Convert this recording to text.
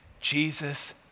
Jesus